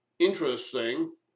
Interesting